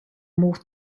more